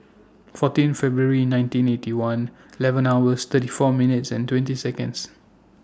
fourteen February nineteen Eighty One eleven hours thirty four minutes and twenty Seconds